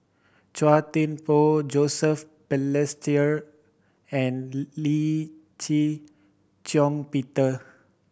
Chua Thian Poh Joseph Balestier and Lee Shih Shiong Peter